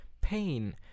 Pain